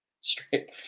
Straight